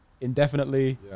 indefinitely